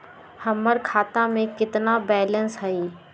हमर खाता में केतना बैलेंस हई?